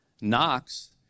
Knox